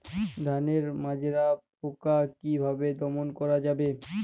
ধানের মাজরা পোকা কি ভাবে দমন করা যাবে?